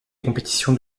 compétitions